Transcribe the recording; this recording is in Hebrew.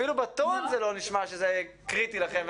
אפילו בטון שלך זה לא נשמע שזה קריטי לכם,